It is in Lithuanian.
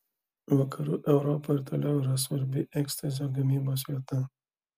vakarų europa ir toliau yra svarbi ekstazio gamybos vieta